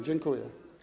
Dziękuję.